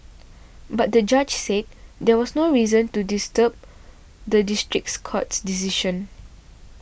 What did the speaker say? but the judge said there was no reason to disturb the districts court's decision